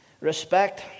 respect